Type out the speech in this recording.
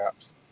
apps